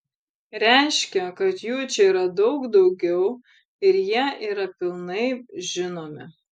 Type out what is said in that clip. reiškia kad jų čia yra daug daugiau ir jie yra pilnai žinomi